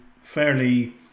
fairly